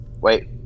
Wait